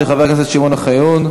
של חבר הכנסת שמעון אוחיון,